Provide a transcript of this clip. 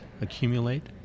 accumulate